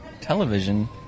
television